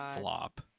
flop